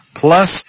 plus